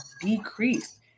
decreased